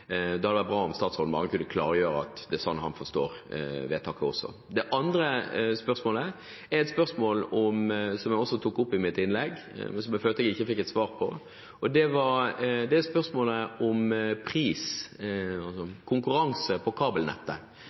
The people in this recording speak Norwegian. Det hadde vært bra om statsråden kunne klargjøre at det er slik også han forstår vedtaket. Den andre gjelder spørsmålet om pris – som jeg også tok opp i mitt innlegg, men som jeg følte jeg ikke fikk svar på – altså konkurranse i kabelnettet. Det står veldig klart i svarbrevet fra statsråden at man ønsker seg mer konkurranse.